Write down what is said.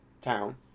town